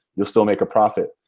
you'll still make a profit.